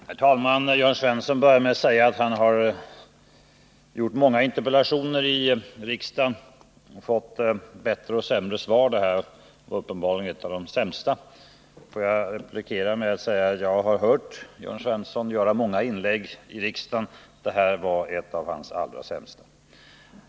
Herr talman! Jörn Svensson började med att säga att han har framställt många interpellationer i riksdagen och fått bättre och sämre svar. Det här var uppenbarligen ett av de sämsta. Får jag återgälda med att säga att jag har hört Jörn Svensson göra många inlägg i riksdagen. Det här var ett av hans allra sämsta.